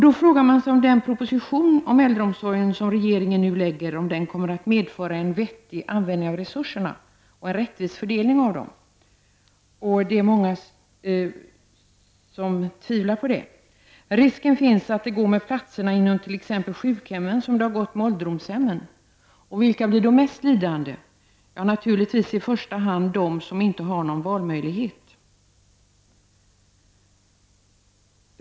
Då frågar man sig om den proposition om äldreomsorgen som regeringen lägger fram kommer att medföra en vettig användning av resurserna och en rättvis fördelning av dem. Det är många som tvivlar på det. Risken finns att det går med platserna inom t.ex. sjukhemmen som det har gått med ålderdomshemmen. Vilka blir de mest lidande? Jo, naturligtvis i första hand de som inte har någon valmöjlighet.